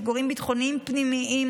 אתגרים ביטחוניים פנימיים,